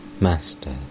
Master